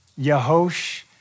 Yahosh